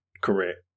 Correct